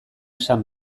esan